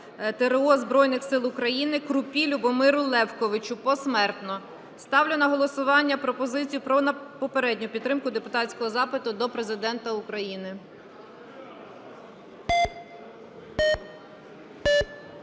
ТрО Збройних Сил України Крупі Любомиру Левковичу (посмертно). Ставлю на голосування пропозицію про попередню підтримку депутатського запиту до Президента України.